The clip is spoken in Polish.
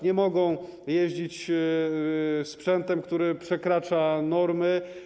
Nie mogą jeździć sprzętem, który przekracza normy.